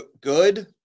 good